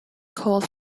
called